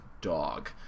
Dog